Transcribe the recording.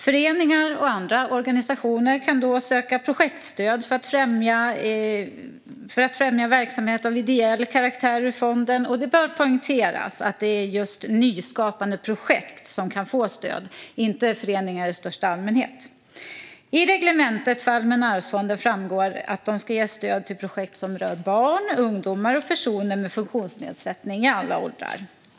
Föreningar och andra organisationer kan söka projektstöd ur fonden för att främja verksamhet av ideell karaktär, och det bör poängteras att det är just nyskapande projekt som kan få stöd, inte föreningar i största allmänhet. I reglementet för Allmänna arvsfonden framgår att fonden ska ge stöd till projekt som rör barn, ungdomar och personer med funktionsnedsättning i alla åldrar.